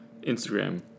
Instagram